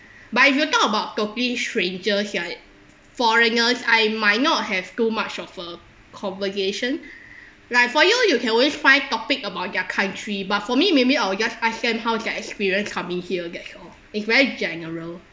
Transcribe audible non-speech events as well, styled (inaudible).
but if you talk about totally stranger like foreigners I might not have too much of a conversation (breath) like for you you can always find topic about their country but for me maybe I'll just ask them how their experience coming here that's all is very general